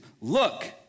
look